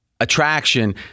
attraction